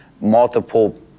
Multiple